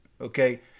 okay